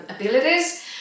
abilities